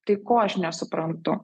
tai ko aš nesuprantu